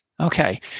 Okay